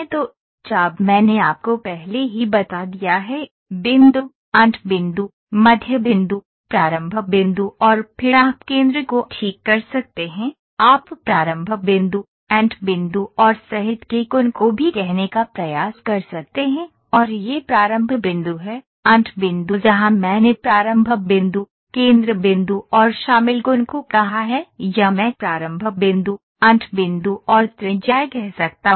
तो चाप मैंने आपको पहले ही बता दिया है बिंदु अंत बिंदु मध्य बिंदु प्रारंभ बिंदु और फिर आप केंद्र को ठीक कर सकते हैं आप प्रारंभ बिंदु अंत बिंदु और सहित के कोण को भी कहने का प्रयास कर सकते हैं और यह प्रारंभ बिंदु है अंत बिंदु जहां मैंने प्रारंभ बिंदु केंद्र बिंदु और शामिल कोण को कहा है या मैं प्रारंभ बिंदु अंत बिंदु और त्रिज्या कह सकता हूं